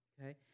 Okay